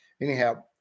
anyhow